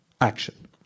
action